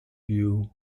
you